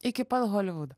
iki pat holivudo